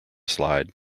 slide